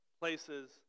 places